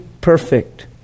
perfect